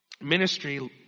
ministry